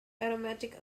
aromatic